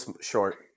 short